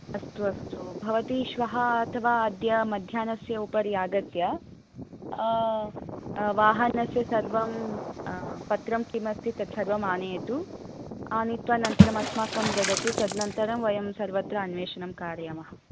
अस्तु अस्तु भवती श्वः अथवा अद्य मध्याह्नस्य उपरि आगत्य वाहनस्य सर्वं पत्रं किमपि तत्सर्वं आनयतु आनीत्वा अनन्तरं अस्माकं ददातु तदनन्तरं वयं सर्वत्र अन्वेषणं कारयामः